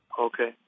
Okay